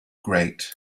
great